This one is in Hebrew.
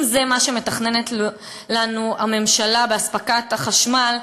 אם זה מה שמתכננת לנו הממשלה באספקת החשמל,